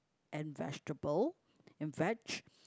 and vegetable and vege